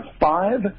five